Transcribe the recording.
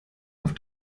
auf